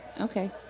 Okay